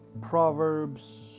Proverbs